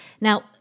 Now